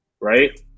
right